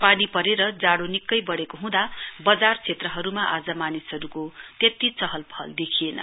पानी परेर जाड़ो निकै बढ़ेको हँदा वजार क्षेत्रहरुमा आज मानिसहरुको त्यत्ति चहल पहल देखिएन